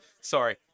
Sorry